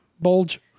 Bulge